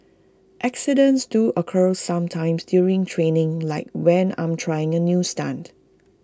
accidents do occur sometimes during training like when I'm trying A new stunt